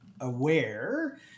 aware